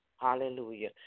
hallelujah